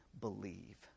believe